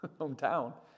hometown